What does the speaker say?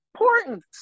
important